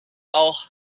auch